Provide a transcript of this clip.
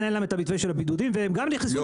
אין להם את הביטוי של הבידודים -- זה לא נכון,